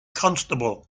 constable